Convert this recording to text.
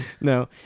No